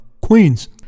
Queens